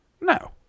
No